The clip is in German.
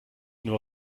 nur